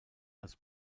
als